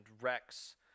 Rex